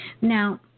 Now